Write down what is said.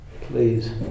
Please